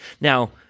Now